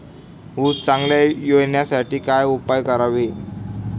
ऊस चांगला येण्यासाठी काय उपाय करावे?